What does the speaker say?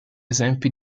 esempi